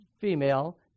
female